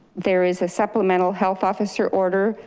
there is a supplemental health officer order,